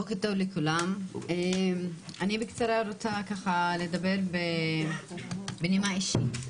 בוקר טוב לכולם, אני רוצה לדבר בקצרה בנימה אישית.